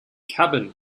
cabin